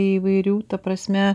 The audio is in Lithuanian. įvairių ta prasme